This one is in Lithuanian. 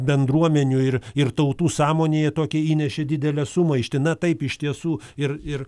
bendruomenių ir ir tautų sąmonėje tokią įnešė didelę sumaištį na taip iš tiesų ir ir